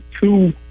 two